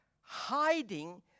hiding